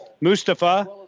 Mustafa